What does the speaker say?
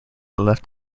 left